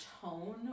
tone